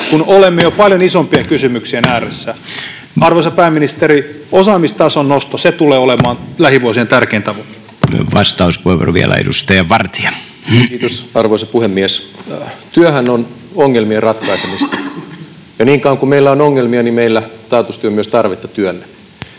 koputtaa] jo paljon isompien kysymyksien äärellä. Arvoisa pääministeri, osaamistason nosto tulee olemaan lähivuosien tärkein tavoite. Arvoisa puhemies! Työhän on ongelmien ratkaisemista, ja niin kauan kuin meillä on ongelmia, meillä taatusti on myös tarvetta työlle.